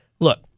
Look